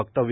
वक्तव्य